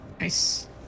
Nice